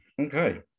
okay